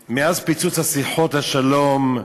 אדוני היושב-ראש, מאז פיצוץ שיחות השלום,